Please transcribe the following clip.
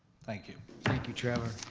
thank you. thank you, trevor.